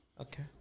Okay